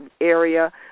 area